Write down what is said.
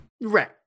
Right